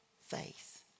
faith